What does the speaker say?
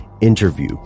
interview